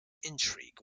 intrigue